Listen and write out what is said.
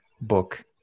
book